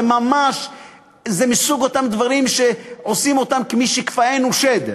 זה מסוג הדברים שעושים אותם כמי שכפאו שד,